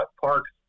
parks